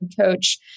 coach